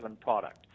product